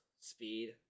speed